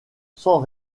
sans